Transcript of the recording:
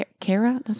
Kara